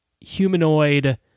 humanoid